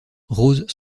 rose